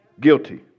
guilty